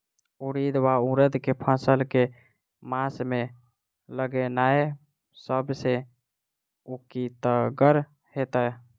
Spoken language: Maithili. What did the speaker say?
उड़ीद वा उड़द केँ फसल केँ मास मे लगेनाय सब सऽ उकीतगर हेतै?